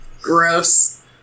Gross